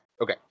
Okay